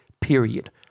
period